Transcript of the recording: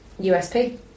USP